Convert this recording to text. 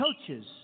coaches